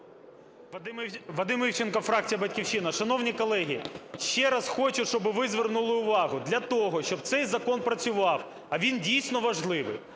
Вадим Івченко, фракція "Батьківщина". Шановні колеги! Ще раз хочу, щоб ви звернули увагу. Для того, щоб цей закон працював, а він, дійсно, важливий,